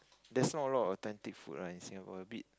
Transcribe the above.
there's not a lot of authentic food lah in Singapore a bit